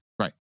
right